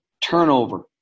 Turnover